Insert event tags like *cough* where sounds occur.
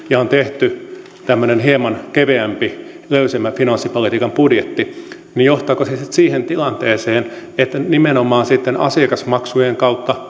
ja on tehty tämmöinen hieman keveämpi löysemmän finanssipolitiikan budjetti niin johtaako se se sitten siihen tilanteeseen että nimenomaan sitten asiakasmaksujen kautta *unintelligible*